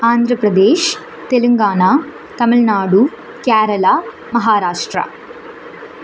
Andhra Pradesh Telangana Tamil Nadu Kerala Maharashtra